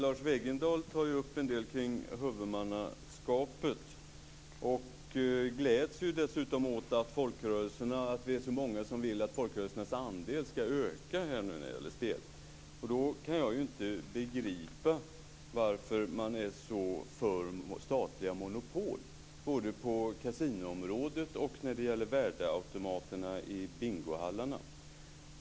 Fru talman! Lars Wegendal tog upp huvudmannaskapet och gläds dessutom åt att vi är så många som vill att folkrörelsernas andel skall öka när det gäller spel. Jag kan då inte begripa varför man är så mycket för statliga monopol, både när det gäller kasinoområdet och när det gäller värdeautomaterna i bingohallarna.